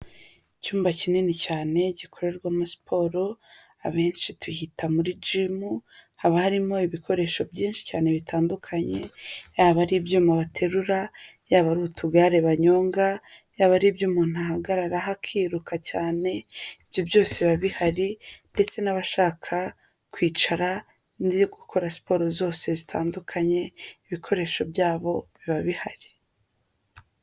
Icyumba kinini cyane gikorerwamo siporo, abenshi duhita muri jimu, haba harimo ibikoresho byinshi cyane bitandukanye, yaba ari ibyuma baterura, yaba ari utugare banyonga, yaba ari ibyo umuntu ahagararaho akiruka cyane, ibyo byose biba bihari, ndetse n'abashaka kwicara, gukora siporo zose zitandukanye ibikoresho byabo biba bihari.